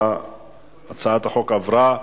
הצעת החוק עברה,